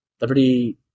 Liberty